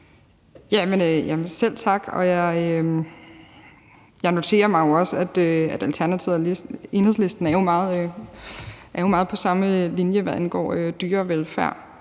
Selv tak, og jeg noterer mig jo også, at Alternativet og Enhedslisten er meget på samme linje, hvad angår dyrevelfærd.